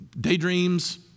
daydreams